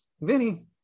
Vinny